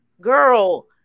girl